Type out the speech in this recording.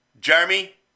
Jeremy